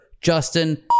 Justin